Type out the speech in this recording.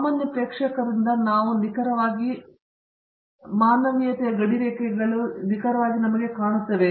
ಸಾಮಾನ್ಯ ಪ್ರೇಕ್ಷಕರಿಂದ ನಾವು ನಿಖರವಾಗಿ ಮತ್ತು ವೀಕ್ಷಿಸಲ್ಪಟ್ಟಿರುವುದರಿಂದ ಮಾನವೀಯತೆಯ ಗಡಿರೇಖೆಗಳೇ ನಿಖರವಾಗಿ ನಿಮಗೆ ಏನಾಗುತ್ತದೆ